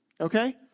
Okay